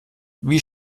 wie